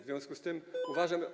W związku z tym uważam.